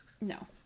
No